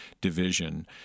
division